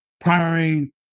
primary